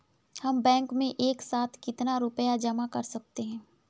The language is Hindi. हम बैंक में एक साथ कितना रुपया जमा कर सकते हैं?